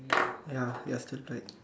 ya your turn same